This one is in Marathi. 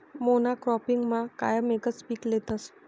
मोनॉक्रोपिगमा कायम एकच पीक लेतस